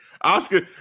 Oscar